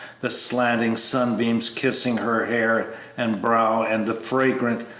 the slanting sunbeams kissing her hair and brow and the fragrant,